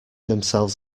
themselves